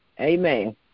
Amen